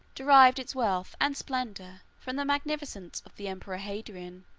derived its wealth and splendor from the magnificence of the emperor hadrian,